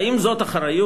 האם זאת אחריות?